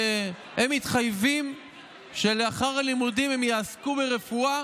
והם מתחייבים שלאחר הלימודים הם יעסקו ברפואה